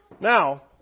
Now